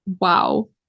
Wow